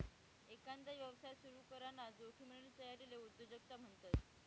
एकांदा यवसाय सुरू कराना जोखिमनी तयारीले उद्योजकता म्हणतस